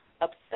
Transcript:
upset